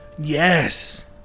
Yes